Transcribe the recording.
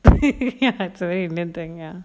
inner thing ya